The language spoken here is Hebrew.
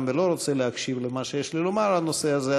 ולא רוצה להקשיב למה שיש לי לומר בנושא הזה,